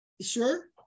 Sure